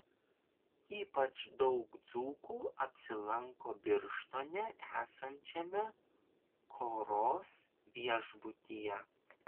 ypač daug dzūkų apsilanko birštone esančiame koros viešbutyje